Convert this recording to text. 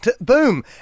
boom